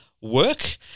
work